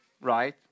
right